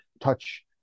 touch